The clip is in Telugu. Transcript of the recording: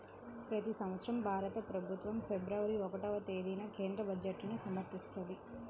ప్రతి సంవత్సరం భారత ప్రభుత్వం ఫిబ్రవరి ఒకటవ తేదీన కేంద్ర బడ్జెట్ను సమర్పిస్తది